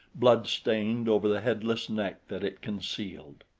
blood-stained over the headless neck that it concealed.